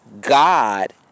God